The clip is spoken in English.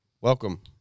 Welcome